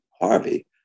Harvey